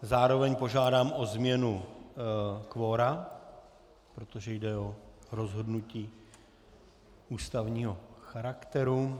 Zároveň požádám o změnu kvora, protože jde o rozhodnutí ústavního charakteru.